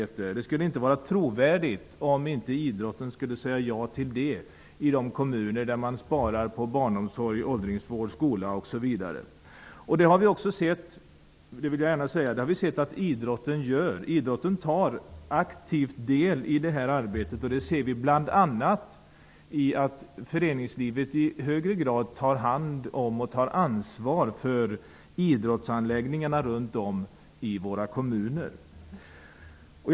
Idrottsrörelsen skulle inte framstå som trovärdig om man inte sade ja till besparingar i de kommuner som sparar in på barnomsorgen, ådlringsvården, skolan osv. Jag vill gärna framhålla att vi har sett att idrottsrörelsen tar aktiv del i arbetet. Det ser vi bl.a. i att man inom föreningslivet tar hand om och tar ansvar för indrottsanläggningarna i kommunerna.